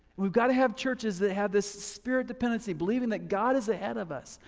we've got to have churches that have this spirit dependency, believing that god is ahead of us.